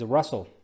Russell